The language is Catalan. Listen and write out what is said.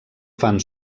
fan